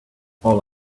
all